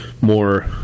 more